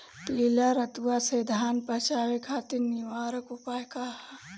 पीला रतुआ से धान बचावे खातिर निवारक उपाय का ह?